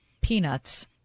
peanuts